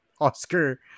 Oscar